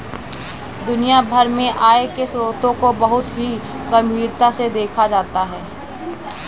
दुनिया भर में आय के स्रोतों को बहुत ही गम्भीरता से देखा जाता है